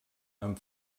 amb